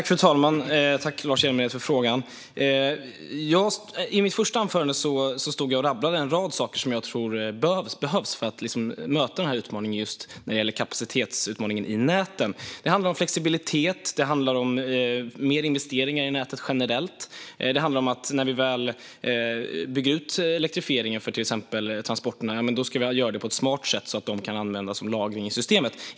Fru talman! Tack, Lars Hjälmered, för frågan! I mitt första anförande stod jag och rabblade upp en rad saker som jag tror behövs för att möta utmaningen med nätens kapacitet. Det handlar om flexibilitet, det handlar om fler investeringar i näten generellt och det handlar om att vi, när vi väl bygger ut elektrifiering för till exempel transporter, ska göra det på ett smart sätt så att de kan användas för lagring i systemet.